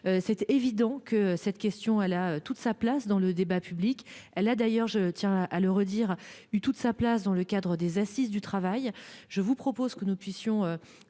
C'était évident que cette question elle a toute sa place dans le débat public. Elle a d'ailleurs je tiens à le redire eu toute sa place dans le cadre des Assises du travail. Je vous propose que nous puissions